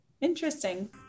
interesting